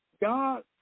God